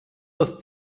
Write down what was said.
das